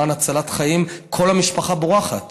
למען הצלת חיים כל המשפחה בורחת.